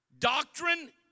Doctrine